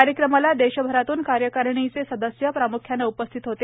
कार्यक्रमाला देशभरातून कार्यकारिणीचे सदस्य प्रामुख्याने उपस्थित होते